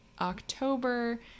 October